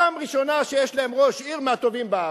פעם ראשונה שיש להם ראש עיר מהטובים בארץ,